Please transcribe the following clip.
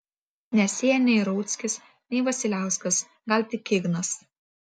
nesėja nei rauckis nei vasiliauskas gal tik ignas